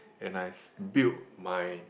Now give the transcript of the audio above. and I build my